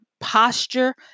posture